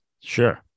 Sure